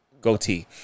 Goatee